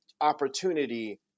opportunity